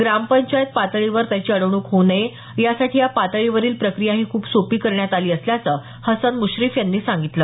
ग्रामपंचायत पातळीवर त्याची अडवणूक होऊ नये यासाठी या पातळीवरील प्रक्रियाही खूप सोपी करण्यात आली असल्याचं मंत्री हसन मुश्रीफ यांनी सांगितलं